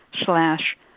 slash